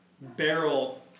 barrel